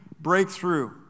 breakthrough